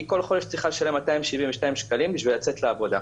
היא כל חודש צריכה 272 שקלים בשביל לצאת לעבודה.